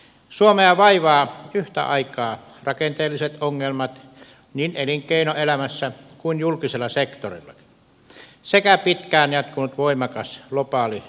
suomea vaivaavat yhtä aikaa rakenteelliset ongelmat niin elinkeinoelämässä kuin julkisella sektorilla sekä pitkään jatkunut voimakas globaali talouden taantuma